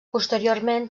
posteriorment